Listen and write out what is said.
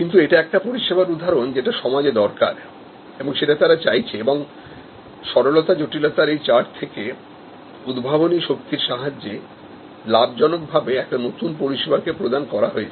কিন্তু এটা একটা পরিষেবার উদাহরণ যেটা সমাজে দরকার এবং সেটা তারা চাইছেএবং সরলতা জটিলতার এইচার্ট থেকে উদ্ভাবনী শক্তির সাহায্যে লাভজনকভাবে একটা নতুন পরিষেবা কে প্রদান করা হয়েছে